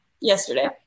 yesterday